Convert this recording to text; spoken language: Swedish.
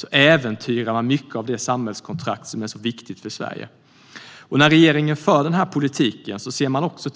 Det äventyrar mycket av det samhällskontrakt som är så viktigt för Sverige. Man höjer också